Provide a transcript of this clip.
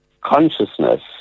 consciousness